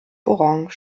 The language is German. orange